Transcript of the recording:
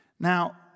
now